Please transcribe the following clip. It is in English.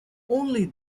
only